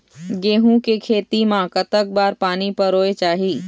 गेहूं के खेती मा कतक बार पानी परोए चाही?